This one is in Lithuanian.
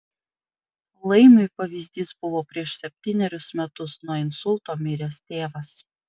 laimiui pavyzdys buvo prieš septynerius metus nuo insulto miręs tėvas